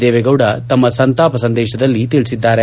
ದೇವೇಗೌಡ ತಮ್ಮ ಸಂತಾಪ ಸಂದೇಶದಲ್ಲಿ ತಿಳಿಸಿದ್ದಾರೆ